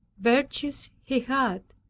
virtues he had,